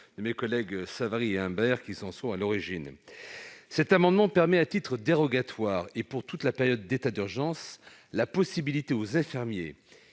de mes collègues Savary et Imbert, qui en sont à l'origine. Cet amendement vise à permettre, à titre dérogatoire et pour toute la période de l'état d'urgence, aux infirmiers